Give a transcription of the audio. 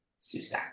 SUSAC